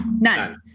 None